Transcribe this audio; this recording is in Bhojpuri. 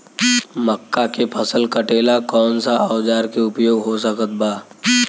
मक्का के फसल कटेला कौन सा औजार के उपयोग हो सकत बा?